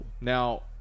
Now